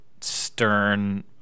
stern